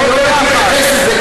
אני רוצה להתייחס לזה,